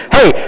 Hey